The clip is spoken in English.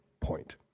point